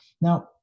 Now